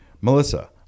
Melissa